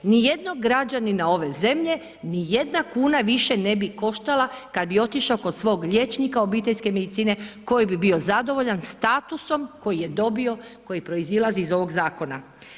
Nijednog građanina ove zemlje nijedna kuna više ne bi koštala kad bi otišao kod svog liječnika obiteljske medicine koji bi bio zadovoljan statusom koji je dobio, koji proizilazi iz ovog zakona.